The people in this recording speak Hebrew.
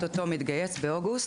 מתגייס באוגוסט.